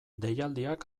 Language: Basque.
deialdiak